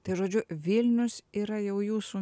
tai žodžiu vilnius yra jau jūsų